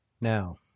Now